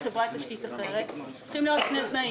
בחברת תשתית אחרת צריכים להיות שני תנאים.